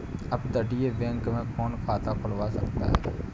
अपतटीय बैंक में कौन खाता खुलवा सकता है?